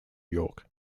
york